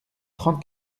trente